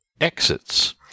exits